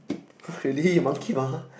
really monkey mah